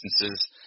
instances